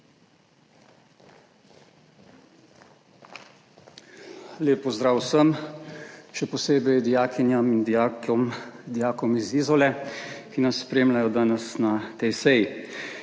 Lep pozdrav vsem, še posebej dijakinjam in dijakom, dijakom iz Izole, ki nas spremljajo danes na tej seji.